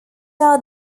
out